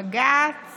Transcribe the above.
בג"ץ